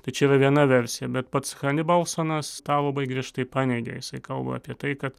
tai čia yra viena versija bet pats hanibalsonas tą labai griežtai paneigė jisai kalba apie tai kad